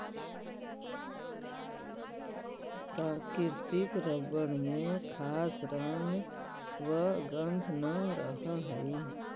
प्राकृतिक रबर में खास रंग व गन्ध न रहऽ हइ